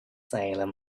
salem